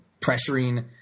pressuring